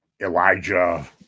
elijah